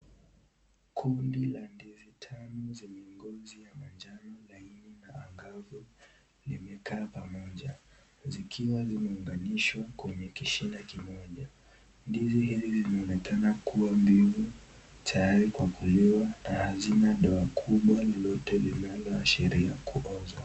Kundi ya ndizi tamu zenye ngozi ya manjano laini na angavu limekaa pamoja. Zikiwa zimeunganishwa kwenye kishina kimoja . Ndizi hizi zimeonekana kuwa mbivu tayari kwa kuliwa na hazina doa kubwa lolote linsloashiria kuoza.